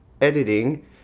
editing